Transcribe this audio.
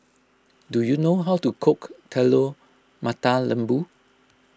do you know how to cook Telur Mata Lembu